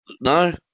No